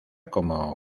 como